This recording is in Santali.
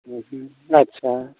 ᱟᱪᱪᱷᱟ